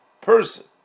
person